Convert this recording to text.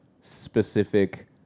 specific